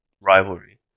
rivalry